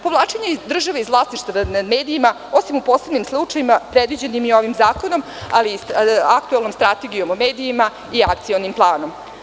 Povlačenje države iz vlasništva nad medijima osim u posebnim slučajevima predviđen je i ovim zakonom ali i aktuelnom strategijom o medijima i akcionim planom.